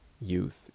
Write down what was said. youth